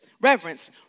reverence